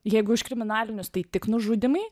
jeigu už kriminalinius tai tik nužudymai